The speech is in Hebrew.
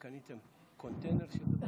בבקשה, אדוני,